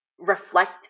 reflect